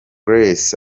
grace